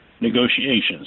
negotiations